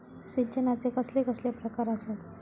सिंचनाचे कसले कसले प्रकार आसत?